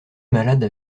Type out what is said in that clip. malades